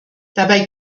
dabei